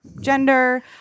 Gender